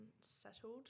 Settled